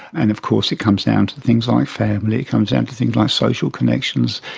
and of course it comes down to things like family, it comes down to things like social connections,